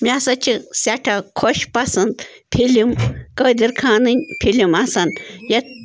مےٚ سا چھِ سٮ۪ٹھاہ خۄش پسنٛد فِلم قٲدِر خانٕنۍ فِلم آسان یَتھ